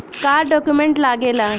का डॉक्यूमेंट लागेला?